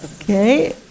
Okay